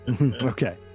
okay